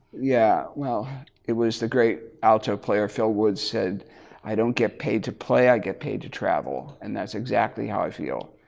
yeah well it was the great alto player phil woods said i don't get paid to play i get paid to travel. and that's exactly how i feel.